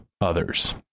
others